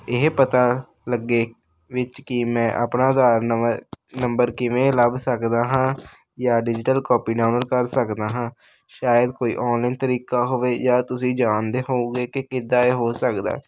ਇਹ ਪਤਾ ਲੱਗੇ ਵਿੱਚ ਕਿ ਮੈਂ ਆਪਣਾ ਆਧਾਰ ਨਵਾਂ ਨੰਬਰ ਕਿਵੇਂ ਲੱਭ ਸਕਦਾ ਹਾਂ ਜਾਂ ਡਿਜੀਟਲ ਕਾਪੀ ਡਾਊਨਲੋਡ ਕਰ ਸਕਦਾ ਹਾਂ ਸ਼ਾਇਦ ਕੋਈ ਆਨਲਾਈਨ ਤਰੀਕਾ ਹੋਵੇ ਜਾਂ ਤੁਸੀਂ ਜਾਣਦੇ ਹੋਵੋਗੇ ਕਿ ਕਿੱਦਾਂ ਇਹ ਹੋ ਸਕਦਾ